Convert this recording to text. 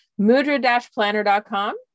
Mudra-planner.com